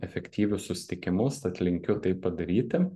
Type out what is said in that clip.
efektyvius susitikimus tad linkiu tai padaryti